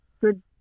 good